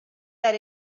that